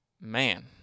man